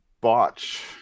Botch